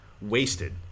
wasted